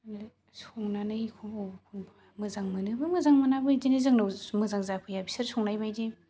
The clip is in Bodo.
संनानै होबा मोजां मोनोबो मोजां मोनाबो बिदिनो जोंनाव मोजां जाफैया बिसोर संनाय बायदि